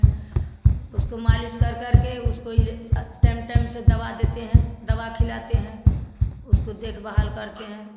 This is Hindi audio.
उसको मालिश कर करके उसको यह टैम टैम से दवा देते हैं दवा खिलाते हैं उसको देख भाल करते हैं